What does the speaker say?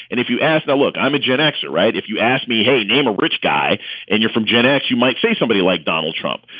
and if you ask that, look, i'm a gen x, right? if you ask me, hey, i'm a rich guy and you're from gen x, you might say somebody like donald trump.